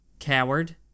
Coward